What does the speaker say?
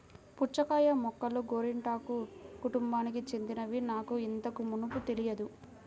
పుచ్చకాయ మొక్కలు గోరింటాకు కుటుంబానికి చెందినవని నాకు ఇంతకు మునుపు తెలియదు